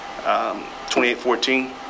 28-14